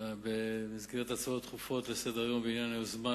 במסגרת הצעות דחופות לסדר-היום בעניין היוזמה